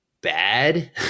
bad